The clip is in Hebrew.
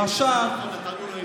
והדגל הזה עשה בחירה.